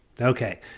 Okay